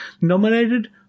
nominated